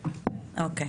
אני